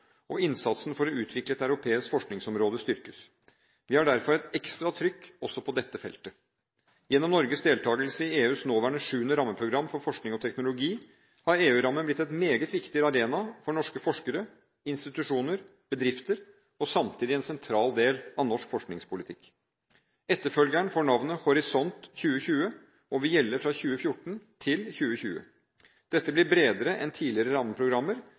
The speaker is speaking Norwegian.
og innsatsen for å utvikle et europeisk forskningsområde styrkes. Vi har derfor et ekstra trykk også på dette feltet. Gjennom Norges deltakelse i EUs nåværende 7. rammeprogram for forskning og teknologi har EU-rammen blitt en meget viktig arena for norske forskere, institusjoner, bedrifter og samtidig en sentral del av norsk forskningspolitikk. Etterfølgeren får navnet Horisont 2020 og vil gjelde fra 2014 til 2020. Dette blir bredere enn tidligere rammeprogrammer